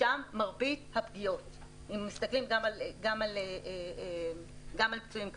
שם מרבית הפגיעות, אם מסתכלים גם על פצועים קשה.